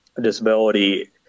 disability